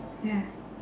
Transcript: ya